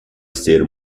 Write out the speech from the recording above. ser